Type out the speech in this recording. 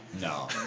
No